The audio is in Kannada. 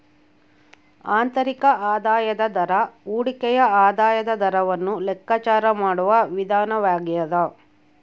ಆಂತರಿಕ ಆದಾಯದ ದರ ಹೂಡಿಕೆಯ ಆದಾಯದ ದರವನ್ನು ಲೆಕ್ಕಾಚಾರ ಮಾಡುವ ವಿಧಾನವಾಗ್ಯದ